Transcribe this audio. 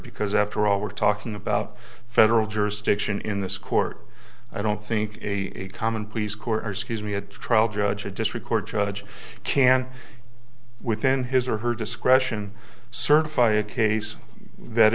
because after all we're talking about federal jurisdiction in this court i don't think a common pleas court are scuse me a trial judge or a district court judge can within his or her discretion certify a case that